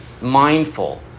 mindful